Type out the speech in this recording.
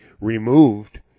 removed